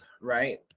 right